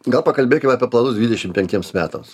gal pakalbėkim apie planus dvidešimt penktiems metams